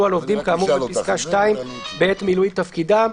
על עובדי כאמור בפסקה (2) בעת מילוי תפקידם".